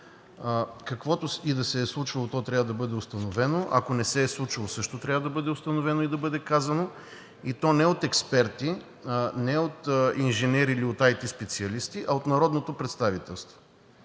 каквото и да се е случвало, то трябва да бъде установено. Ако не се е случвало, също трябва да бъде установено и да бъде казано, и то не от експерти, не от инженери или от IT специалисти, а от народното представителство.